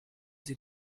sie